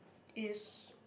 is